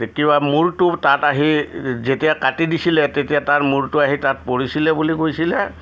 মূৰটো তাত আহি যেতিয়া কাটি দিছিলে তেতিয়া তাৰ মূৰটো আহি তাত পৰিছিলে বুলি কৈছিলে